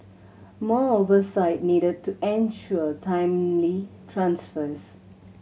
more oversight needed to ensure timely transfers